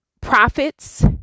profits